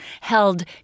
held